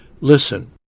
Listen